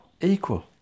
Equal